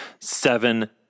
seven